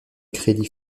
crédit